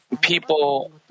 people